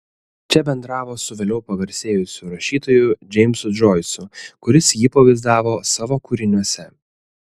čia bendravo su vėliau pagarsėjusiu rašytoju džeimsu džoisu kuris jį pavaizdavo savo kūriniuose